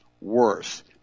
worse